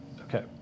Okay